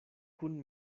kun